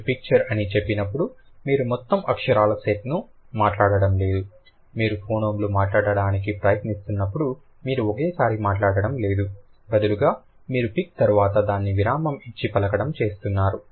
మీరు పిక్చర్ అని చెప్పినప్పుడు మీరు మొత్తం అక్షరాల సెట్ను మాట్లాడటం లేదు మీరు ఫోనోమ్ లు మాట్లాడటానికి ప్రయత్నిస్తున్నప్పుడు మీరు ఒకేసారి మాట్లాడటం లేదు బదులుగా మీరు పిక్ తర్వాత దాన్ని విరామం ఇచ్చి పలకడం చేస్తున్నారు